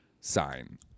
sign